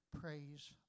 praise